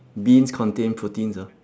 beans contain proteins ah